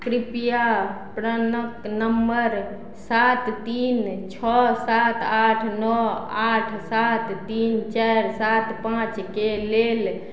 कृपया प्राणके नम्बर सात तीन छओ सात आठ नओ आठ सात तीन चारि सात पाँचके लेल